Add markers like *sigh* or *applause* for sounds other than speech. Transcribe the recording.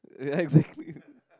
yeah exactly *breath*